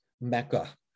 Mecca